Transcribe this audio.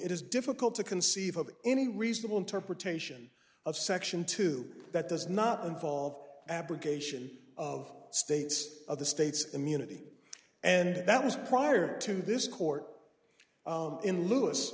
it is difficult to conceive of any reasonable interpretation of section two that does not involve abrogation of states of the states immunity and that was prior to this court in l